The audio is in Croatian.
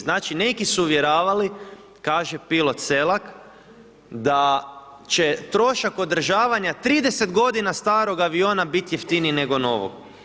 Znači, neki su uvjeravali“ kaže pilot Selak „da će trošak održavanja 30 godina starog aviona biti jeftiniji nego novog“